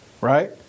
right